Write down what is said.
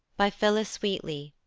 by phillis wheatley,